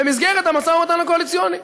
במסגרת המשא-ומתן הקואליציוני.